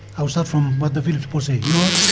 i will start from what the village people say. you know what?